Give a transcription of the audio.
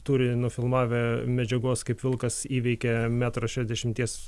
turi nufilmavę medžiagos kaip vilkas įveikia metro šešiasdešimties